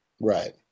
Right